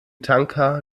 tanker